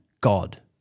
God